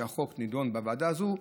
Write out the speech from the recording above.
החוק נדון בוועדה הזאת,